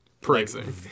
Praising